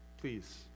please